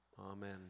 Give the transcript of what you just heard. amen